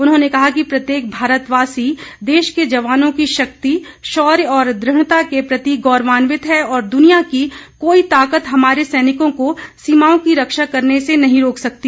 उन्होंने कहा कि प्रत्येक भारतवासी देश के जवानों की शक्ति शौर्य और दुढ़ता के प्रति गौर्वान्वित है और दुनिया की कोई ताकत हमारे सैनिकों को सीमाओं की रक्षा करने से नहीं रोक सकती